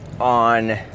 on